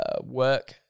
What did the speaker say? Work